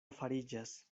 fariĝas